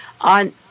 on